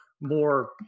more